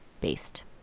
based